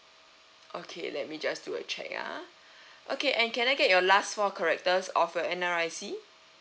okay let me just do a check ah okay and can I get your last four characters of your N_R_I_C